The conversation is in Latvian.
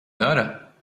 dara